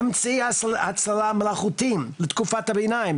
אמצעי הצללה מלאכותיים בתקופת הביניים